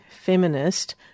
feminist